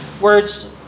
words